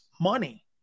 money